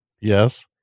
Yes